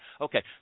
okay